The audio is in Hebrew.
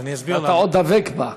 ואתה עוד דבק בה.